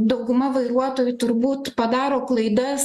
dauguma vairuotojų turbūt padaro klaidas